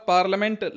Parliament